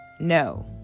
no